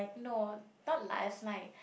no not last night